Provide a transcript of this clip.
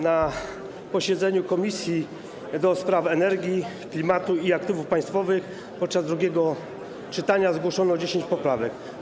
Na posiedzeniu Komisji do Spraw Energii, Klimatu i Aktywów Państwowych podczas drugiego czytania zgłoszono 10 poprawek.